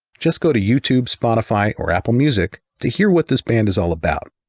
just go to youtube, spotify, or apple music to hear what this band is all about.